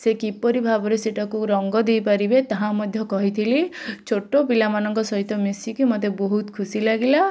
ସେ କିପରି ଭାବରେ ସେଇଟାକୁ ରଙ୍ଗ ଦେଇପାରିବେ ତାହା ମଧ୍ୟ କହିଥିଲି ଛୋଟ ପିଲାମାନଙ୍କ ସହିତ ମିଶିକି ମୋତେ ବହୁତ ଖୁସି ଲାଗିଲା